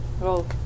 Roll